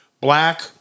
black